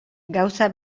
gauza